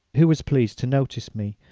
who was pleased to notice me,